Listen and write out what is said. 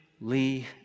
Lee